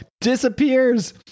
disappears